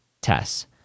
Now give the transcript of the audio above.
tests